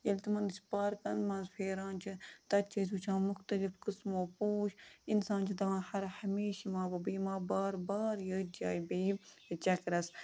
ییٚلہِ تِمن أسۍ پارکَن منٛز پھیران چھِ تَتہِ چھِ أسۍ وٕچھان مُختلِف قٕسمو پوش اِنسان چھِ دَپان ہَر ہمیشہٕ یِمہٕ ہا بہٕ بہٕ یِمہٕ ہا بار بار ییٚتھۍ جایہِ بیٚیہِ چَکرَس